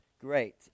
Great